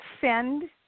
send